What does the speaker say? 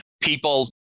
people